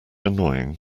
annoying